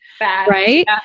right